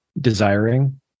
desiring